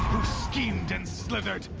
schemed and slithered.